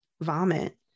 vomit